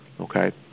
okay